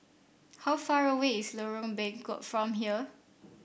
how far away is Lorong Bengkok from here